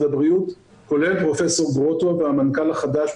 הבריאות כולל פרופ' גרוטו והמנכ"ל החדש,